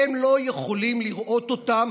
והם לא יכולים לראות אותם.